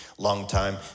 long-time